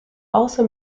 also